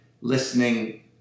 listening